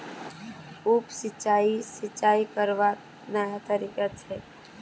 उप सिंचाई, सिंचाई करवार नया तरीका छेक